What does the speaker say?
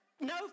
No